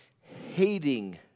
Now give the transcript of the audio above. hating